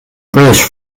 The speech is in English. british